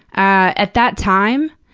at that time,